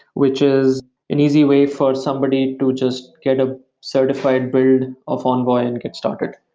which is an easy way for somebody to just get a certified build of envoy and get started